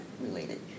related